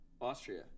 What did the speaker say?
Austria